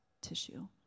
tissue